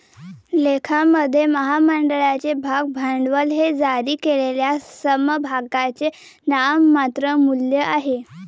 लेखामध्ये, महामंडळाचे भाग भांडवल हे जारी केलेल्या समभागांचे नाममात्र मूल्य आहे